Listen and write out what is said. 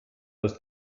als